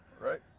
right